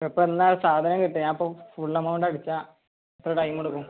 ഈ പറഞ്ഞ സാധനം കിട്ടി ഞാനിപ്പം ഫുൾ എമൗണ്ട് അടച്ചാൽ എത്ര ടൈം എടുക്കും